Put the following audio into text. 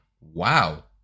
Wow